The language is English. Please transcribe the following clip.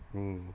hmm